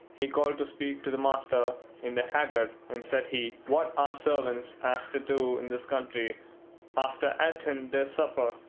he called to speak to the master in the haggard and said he, what are servants asked to do in this country after aten their supper?